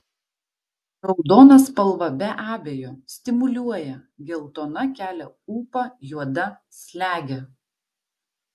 raudona spalva be abejo stimuliuoja geltona kelia ūpą juoda slegia